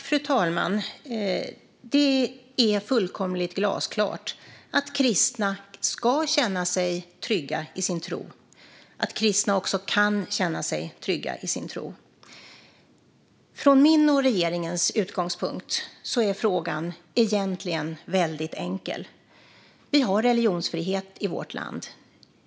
Fru talman! Det är fullkomligt glasklart att kristna ska känna sig trygga i sin tro och att kristna också kan känna sig trygga i sin tro. Från min och regeringens utgångspunkt är frågan egentligen väldigt enkel: Vi har religionsfrihet i vårt land.